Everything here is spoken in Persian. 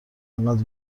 انقد